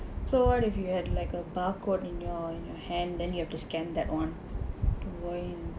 so what if you had like a barcode in your in your hand then you have to scan that [one]